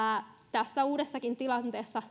tässä uudessakin tilanteessa